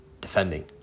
defending